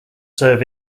serve